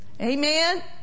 Amen